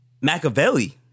Machiavelli